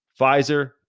Pfizer